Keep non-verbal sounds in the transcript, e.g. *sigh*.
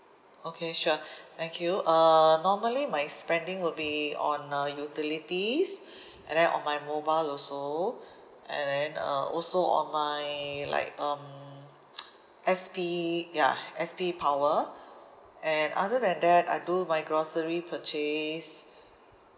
okay sure thank you uh normally my spending will be on uh utilities *breath* and then on my mobile also and then uh also on my like um *noise* S_P ya S_P power and other than that I do my grocery purchase